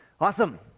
Awesome